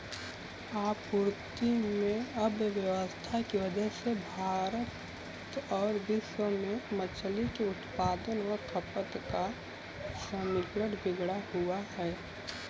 आपूर्ति में अव्यवस्था की वजह से भारत और विश्व में मछली के उत्पादन एवं खपत का समीकरण बिगड़ा हुआ है